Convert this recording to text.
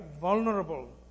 vulnerable